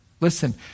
listen